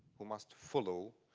who must follow